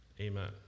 Amen